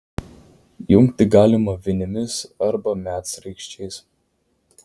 jungti galima vinimis arba medsraigčiais